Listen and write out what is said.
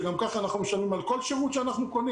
שגם ככה אנחנו משלמים על כל שירות שאנחנו קונים